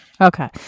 Okay